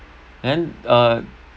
and uh